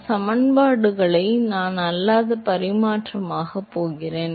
இப்போது இந்த சமன்பாடுகளை நான் அல்லாத பரிமாணமாக்கப் போகிறேன்